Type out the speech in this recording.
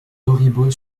auribeau